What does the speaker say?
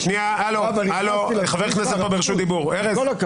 נשאר למועצה כ-4,000-3,000 יתרה,